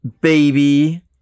baby